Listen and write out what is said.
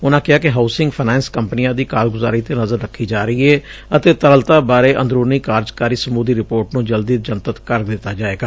ਉਨੂਾਂ ਕਿਹਾ ਕਿ ਹਾਊਸਿੰਗ ਫਾਈਨਾਂਸ ਕੰਪਨੀਆਂ ਦੀ ਕਾਰਗੁਜਾਰੀ ਤੇ ਨਜ਼ਰ ਰੱਖੀ ਜਾ ਰਹੀ ਏ ਅਤੇ ਤਰਲਤਾ ਬਾਰੇ ਅੰਦਰੁਨੀ ਕਾਰਜਕਾਰੀ ਸਮੁਹ ਦੀ ਰਿਪੋਰਟ ਨੂੰ ਜਲਦੀ ਜਨਤਕ ਕਰ ਦਿੱਤਾ ਜਾਏਗਾ